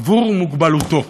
עבור מוגבלותו,